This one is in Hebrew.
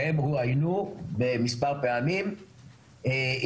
שהם רואיינו מספר פעמים,